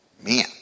Man